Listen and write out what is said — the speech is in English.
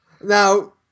Now